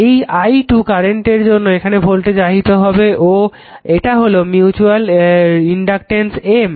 এই i 2 কারেন্টের জন্য এখানে ভোল্টেজ আহিত হবে ও এটা হলো মিউচুয়াল ইনডাক্টেন্স M